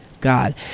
God